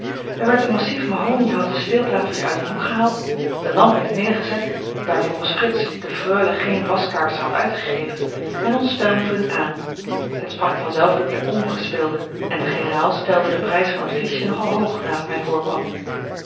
er werd een massief mahoniehouten speeltafeltje uit een hoek gehaald de lamp in t midden gezet daar volgens frits de freule geene waskaarsen had uitgegeven en ons spel ving aan het sprak vanzelf dat wij ombre speelden en de generaal stelde den prijs van het fiche nog al hoog naar t mij voorkwam